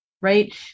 right